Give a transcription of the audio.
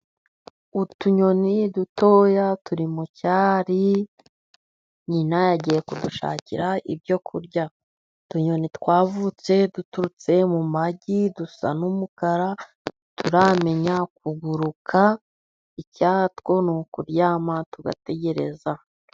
Utunyoni dutoya turi mu cyari, nyina yagiye kudushakira ibyo kurya. Utunyoni twavutse duturutse mu magi, dusa n'umukara, ntituramenya kuguruka. Icyatwo ni ukuryama, tugategereza.